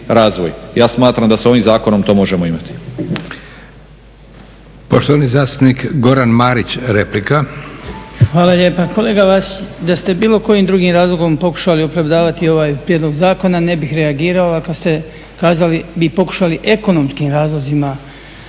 Ja smatram da s ovim zakonom to možemo imati.